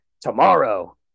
tomorrow